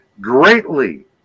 greatly